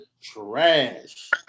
Trash